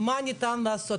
מה ניתן לעשות?